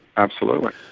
absolutely.